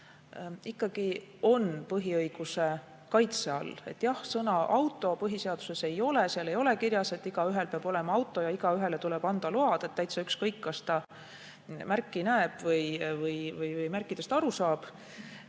ikkagi on põhiõiguse kaitse all. Jah, sõna "auto" põhiseaduses ei ole, seal ei ole kirjas, et igaühel peab olema auto ja igaühele tuleb anda load, täitsa ükskõik, kas ta märki näeb, märkidest aru saab